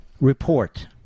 report